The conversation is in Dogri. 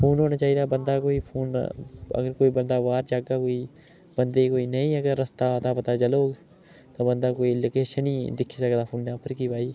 ओह् बी होना चाहिदा बन्दा कोई फोन अगर कोई बन्दा बाह्र जाह्गा कोई बन्दे कोई नेईं अगर रस्ता अता पता चलग बंदा कोई लोकेशन ई दिक्खी सकदा फोनै पर केईं बारी